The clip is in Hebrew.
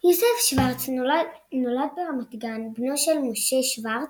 יוסף שורץ נולד ברמת גן, בנו של משה שורץ,